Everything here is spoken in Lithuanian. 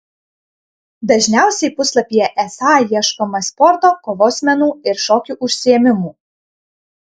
dažniausiai puslapyje esą ieškoma sporto kovos menų ir šokių užsiėmimų